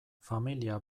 familia